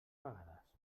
vegades